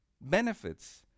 benefits